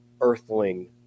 earthling